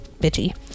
bitchy